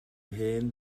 hen